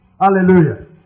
Hallelujah